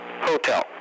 Hotel